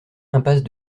impasse